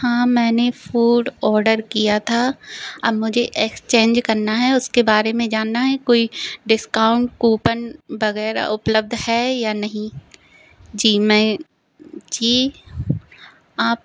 हाँ मैंने food order किया था अब मुझे एक्सचेंज करना है उसके बारे में जानना है कोई डिस्काउंट कूपन वगैरह उपलब्ध है या नहीं जी मैं जी आप